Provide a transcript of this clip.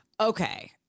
Okay